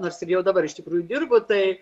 nors jau dabar iš tikrųjų dirbu tai